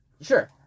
sure